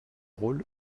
rôle